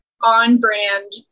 on-brand